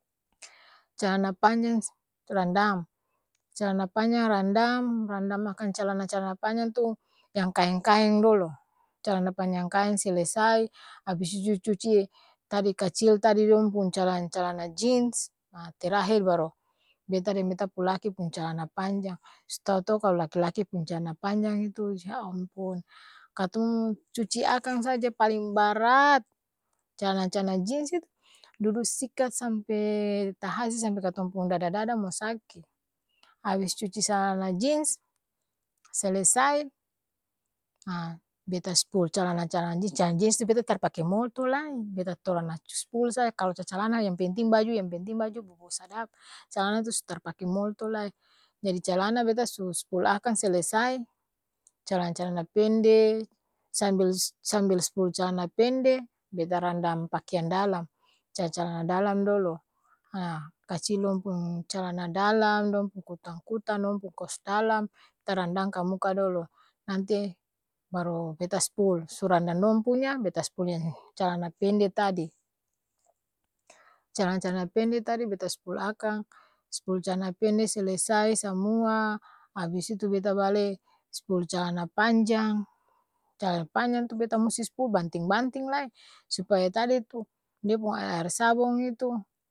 calana panjang 's rendam, calana panjang randam, randam akang calana-calana panjang tu, yang kaeng-kaeng dolo! Calana panjang kaeng selesai, abis itu cuci'e tadi kacil tadi dong pung calana-calana jins, ha terahir baru, beta deng beta pung laki pung calana panjang, s'tau to kalo laki-laki pung cal'na panjang itu ya ampun katong cuci akang saja paling baraat calna-calana jins itu, dudu sikaat sampee tahasi sampe katong pung dada-dada mo saki, abis cuci calana jins, selesai, haa beta spul calana-calana jins calana jins tu beta tar pake molto laai beta torana spul sa kalo ca-calana yang penting baju yang penting baju bobou sadap calana tu su tar pake molto lai, jadi calana beta su spul akang selesai, calana-calana pende, sambil sambil-spul calana pende, beta randam pakeang dalam, cal-calana dalam dolo, haa kacil dong pung calana dalam, dong pung kutang-kutang, dong pung kos dalam, ta randang kamuka dolo, nanti, baru beta spul, su randang dong punya, beta spul yang calana pende tadi calana-calana pende tadi beta spul akang, spul calana pende selesai, samua abis itu beta bale spul calana panjang, cal'na panjang tu beta musti spul banting-banting lai, supaya tadi tu! Dia pung aer-aer sabong itu.